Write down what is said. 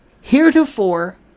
heretofore